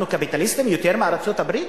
אנחנו קפיטליסטים יותר מארצות-הברית?